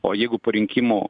o jeigu po rinkimų